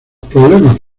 problemas